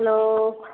hello